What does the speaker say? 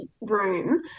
room